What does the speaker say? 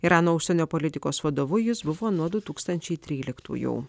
irano užsienio politikos vadovu jis buvo nuo du tūkstančiai tryliktųjų